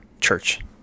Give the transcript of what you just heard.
church